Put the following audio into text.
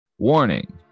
Warning